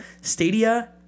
Stadia